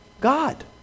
God